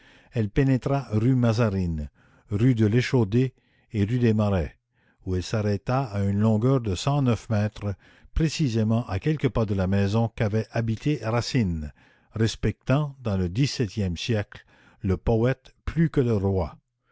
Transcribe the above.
elle pénétra rue mazarine rue de l'échaudé et rue des marais où elle s'arrêta à une longueur de cent neuf mètres précisément à quelques pas de la maison qu'avait habitée racine respectant dans le dix-septième siècle le poète plus que le roi